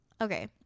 Okay